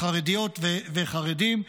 חרדיות וחרדים,